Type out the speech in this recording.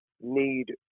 need